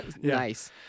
Nice